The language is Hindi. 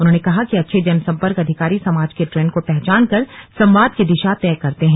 उन्होंने कहा कि अच्छे जनसंपर्क अधिकारी समाज के ट्रेण्ड को पहचान कर संवाद की दिशा तय करते हैं